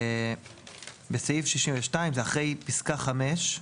בסעיף 62, זה אחרי פסקה (5),